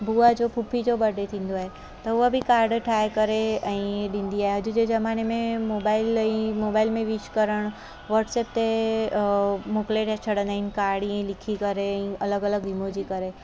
बुआ जो पुफी जो बडे थींदो आहे त हुआ बि काड ठाहे करे ऐं ॾींदी आहे अॼु जे ज़माने में मोबाइल ऐं मोबाइल में विश करणु व्हॉट्सप ते मोकिले था छॾनि काड इअं ई लिखी करे अलॻ अलॻ इमोजी करे